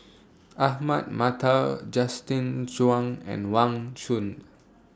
Ahmad Mattar Justin Zhuang and Wang Chunde